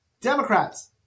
Democrats